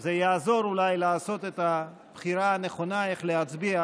זה יעזור אולי לעשות את הבחירה הנכונה איך להצביע